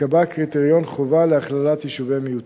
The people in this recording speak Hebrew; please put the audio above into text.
ייקבע קריטריון חובה להכללת יישובי מיעוטים.